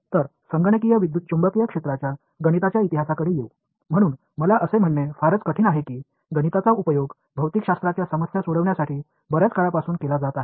तर संगणकीय विद्युत चुंबकीय क्षेत्राच्या गणिताच्या इतिहासाकडे येऊ म्हणून मला असे म्हणणे फारच कठीण आहे की गणिताचा उपयोग भौतिकशास्त्राच्या समस्या सोडवण्यासाठी बर्याच काळापासून केला जात आहे